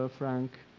ah frank,